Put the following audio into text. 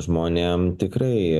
žmonėm tikrai